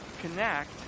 connect